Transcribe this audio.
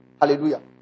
Hallelujah